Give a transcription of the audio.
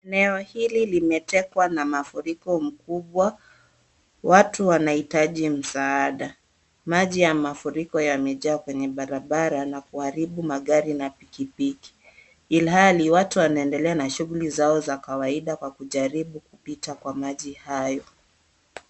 Eneo hili limetekwa na mafuriko mkubwa, watu wanahitaji msaada. Maji ya mafuriko yamejaa kwenye barabara na kuharibu magari na pikipiki, ilhali watu wanaendelea na shughuli zao za kawaida, kwa kujaribu kupita kwa maji hayo.